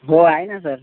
हो आहे ना सर